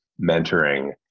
mentoring